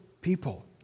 people